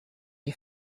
die